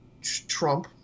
Trump